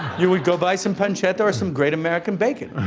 you would go buy some pancetta or some great american bacon.